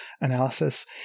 analysis